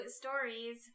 stories